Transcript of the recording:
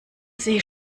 sie